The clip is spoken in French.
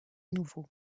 nouveau